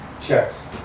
checks